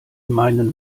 meinen